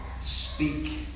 speak